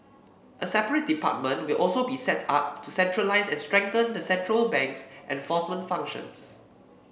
a separate department will also be set up to centralise and strengthen the central bank's enforcement functions